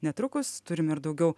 netrukus turim ir daugiau